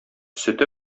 сөте